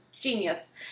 genius